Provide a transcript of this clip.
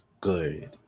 good